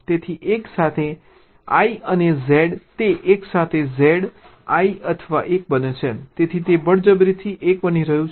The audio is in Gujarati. તેથી 1 સાથે I અને Z તે 1 સાથે Z I અથવા 1 બને છે તેથી તે બળજબરીથી 1 બની રહ્યું છે